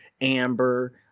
amber